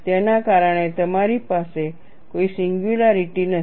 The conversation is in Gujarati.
તેના કારણે તમારી પાસે કોઈ સિન્ગ્યુલારિટી નથી